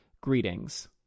greetings